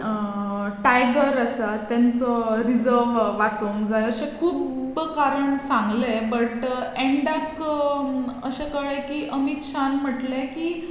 tiger आसा तांचो reserve वाचोंक जाय अशें खूब कारण सांगलें बट एंडाक अशें कळें की अमीत शान म्हटलें की